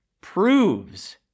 proves